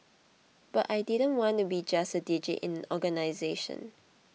but I didn't want to be just a digit in organisation